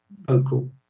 vocal